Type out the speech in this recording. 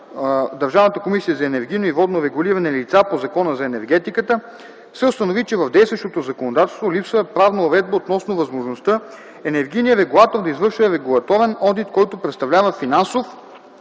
Държавната комисия за енергийно и водно регулиране лица по Закона за енергетиката се установи, че в действащото законодателство липсва правна уредба, относно възможността енергийният регулатор да извършва регулаторен одит, който представлява финансов